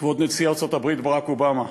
כבוד נשיא ארצות-הברית ברק אובמה,